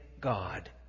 God